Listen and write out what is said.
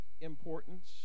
importance